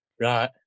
Right